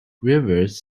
rivers